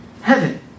Heaven